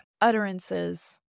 utterances